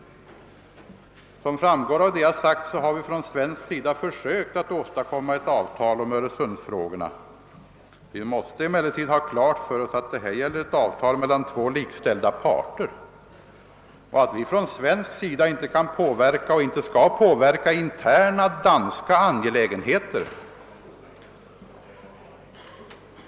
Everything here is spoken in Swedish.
Såsom framgår av det jag har sagt har vi på svensk sida försökt åstadkomma ett avtal om Öresundsfrågorna. Man måste emellertid ha klart för sig att det gäller ett avtal mellan likställda parter och att vi från svensk sida inte kan påverka interna danska angelägenheter.